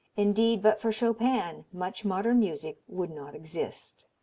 indeed but for chopin much modern music would not exist.